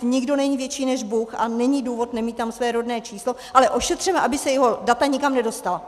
Nikdo není větší než Bůh a není důvod nemít tam své rodné číslo, ale ošetřeno, aby se jeho data nikam nedostala.